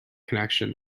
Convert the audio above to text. connection